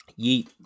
Yeet